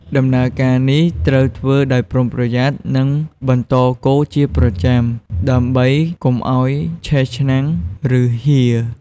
ដំណើរការនេះត្រូវធ្វើដោយប្រុងប្រយ័ត្ន និងបន្តកូរជាប្រចាំ ដើម្បីកុំឲ្យឆេះឆ្នាំង ឬហៀរ។